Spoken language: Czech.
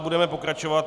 Budeme pokračovat.